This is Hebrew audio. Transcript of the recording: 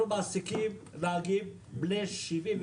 מעסיקים נהגים בני 78,